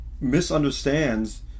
misunderstands